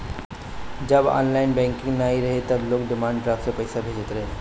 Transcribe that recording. जब online banking नाइ रहल तअ लोग डिमांड ड्राफ्ट से पईसा भेजत रहे